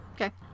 Okay